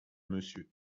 monsieur